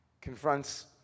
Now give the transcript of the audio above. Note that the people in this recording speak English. confronts